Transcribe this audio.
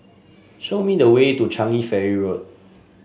show me the way to Changi Ferry Road